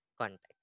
context